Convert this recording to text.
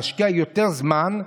נשקיע יותר זמן,